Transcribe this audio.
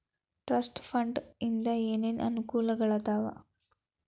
trust fund ಇಂದ ಏನೇನ್ ಅನುಕೂಲಗಳಾದವ